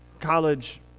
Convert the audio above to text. college